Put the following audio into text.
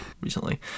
recently